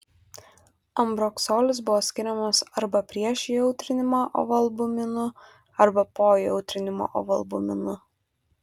ambroksolis buvo skiriamas arba prieš įjautrinimą ovalbuminu arba po įjautrinimo ovalbuminu